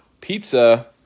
Pizza